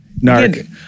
Narc